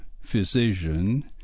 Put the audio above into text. physician